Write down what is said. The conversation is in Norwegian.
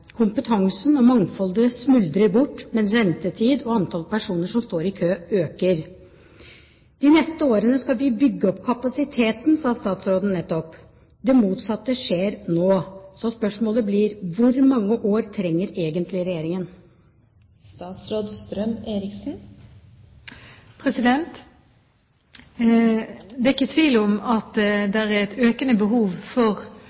Kompetansen og mangfoldet smuldrer bort, mens ventetid og antall personer som står i kø, øker. De neste årene skal vi bygge opp kapasiteten, sa statsråden nettopp. Det motsatte skjer nå, så spørsmålet blir: Hvor mange år trenger egentlig Regjeringen? Det er ikke tvil om at det er et økende behov for